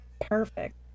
perfect